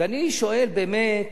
ואני שואל באמת: